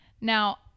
now